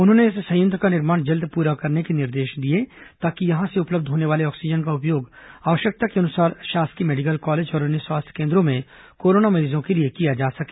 उन्होंने इस संयंत्र का निर्माण जल्द पूरा करने के निर्देश दिए ताकि यहां से उपलब्ध होने वाले ऑक्सीजन का उपयोग आवश्यकता के अनुसार शासकीय मेडिकल कॉलेज और अन्य स्वास्थ्य केंद्रों में कोरोना मरीजों के लिए किया जा सके